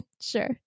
sure